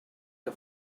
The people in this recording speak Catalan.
que